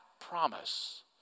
promise